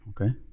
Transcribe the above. okay